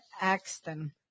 Axton